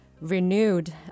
renewed